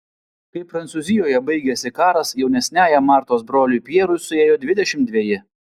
kai prancūzijoje baigėsi karas jaunesniajam martos broliui pjerui suėjo dvidešimt dveji